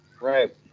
Right